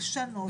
לשנות,